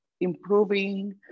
improving